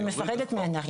היא מפחדת ממנה.